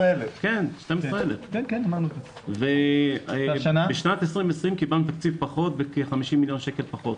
12,000. בשנת 2020 קבלנו תקציב של כ-50 מיליון פחות.